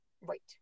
Right